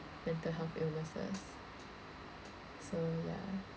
mental health illnesses so ya